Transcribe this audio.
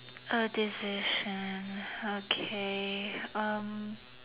a decision okay um